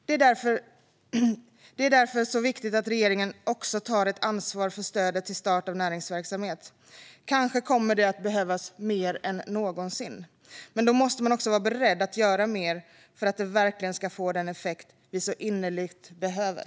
Det är därför som det är så viktigt att regeringen också tar ett ansvar för programmet Stöd till start av näringsverksamhet. Kanske kommer det att behövas mer än någonsin. Men då måste man också vara beredd att göra mer för att det verkligen ska få den effekt som vi så innerligt behöver.